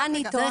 מה אני טועה?